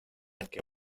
que